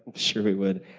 sure, we would.